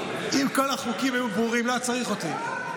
אם כל החוקים היו ברורים, לא היה צריך אותי.